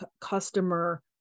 customer